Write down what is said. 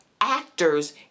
actors